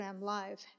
live